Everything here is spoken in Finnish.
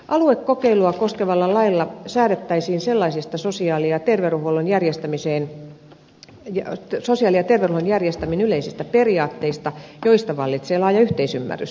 aluekokeilua koskevalla lailla säädettäisiin sellaisista sosiaali ja terveydenhuollon järjestämisen yleisistä periaatteista joista vallitsee laaja yhteisymmärrys